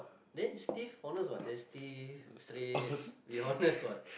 there stiff honest what then stiff straight be honest what